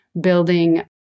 building